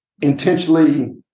intentionally